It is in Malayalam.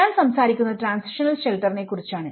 ഞാൻ സംസാരിക്കുന്നത് ട്രാൻസിഷണൽ ഷെൽട്ടറിനെ കുറിച്ചാണ്